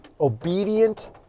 obedient